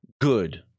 good